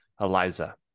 Eliza